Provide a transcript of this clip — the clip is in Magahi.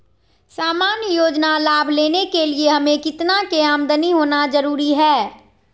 सामान्य योजना लाभ लेने के लिए हमें कितना के आमदनी होना जरूरी है?